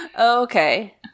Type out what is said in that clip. Okay